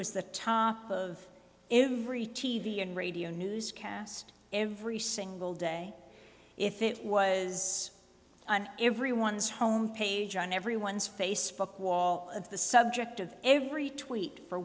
was the top of every t v and radio newscast every single day if it was on everyone's home page on everyone's facebook wall of the subject of every tweet for